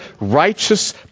righteous